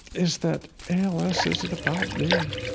is that als isn't about me.